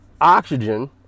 oxygen